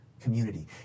community